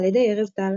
על ידי ארז טל.